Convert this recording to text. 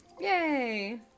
yay